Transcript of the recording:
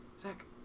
Zach